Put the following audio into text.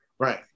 Right